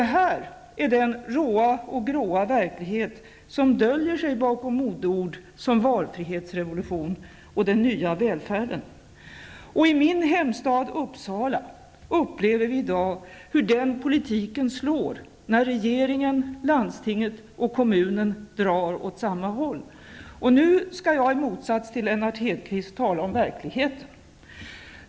Detta är den råa och gråa verklighet som döljer sig bakom modeord som I min hemstad Uppsala upplever vi i dag hur den politiken slår när regeringen, landstinget och kommunen drar åt samma håll. Nu skall jag, i motsats till Lennart Hedquist, tala om verkligheten.